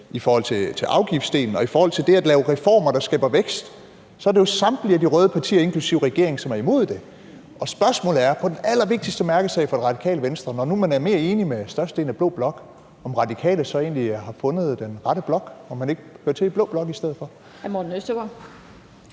i forhold til afgiftsdelen og i forhold til det at lave reformer, der skaber vækst, er det jo samtlige af de røde partier, inklusive regeringen, som er imod det. Spørgsmålet er, om Det radikale Venstre i forhold til deres allervigtigste mærkesag, når nu man er mere enig med størstedelen af blå blok, så egentlig har fundet den rette blok, altså om man ikke hører til i blå blok i stedet for. Kl. 14:01 Den